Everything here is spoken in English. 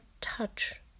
touch